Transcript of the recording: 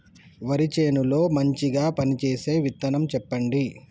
వరి చేను లో మంచిగా పనిచేసే విత్తనం చెప్పండి?